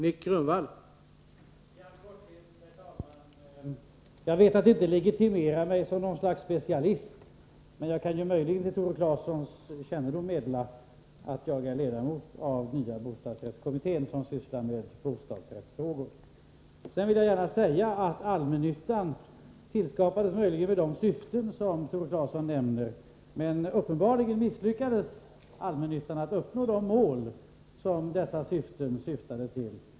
Herr talman! I all korthet. Jag vet att jag inte kan legitimera mig som något slags specialist, men jag kan för Tore Claesons kännedom meddela att jag är ledamot av den nya bostadsrättskommittén, som sysslar med bostadsrättsfrågor. Jag vill sedan gärna säga att allmännyttan möjligen skapades med de syften som Tore Claeson nämner. Uppenbarligen misslyckades allmännyttan med att uppnå de mål man syftade till.